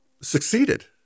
succeeded